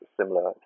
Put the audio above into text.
similar